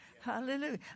Hallelujah